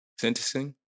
sentencing